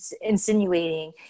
insinuating